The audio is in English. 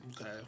okay